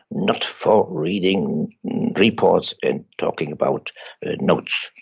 not for reading reports and talking about notes'.